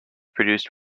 produced